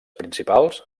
principals